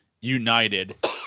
united